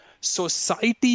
society